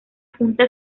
junta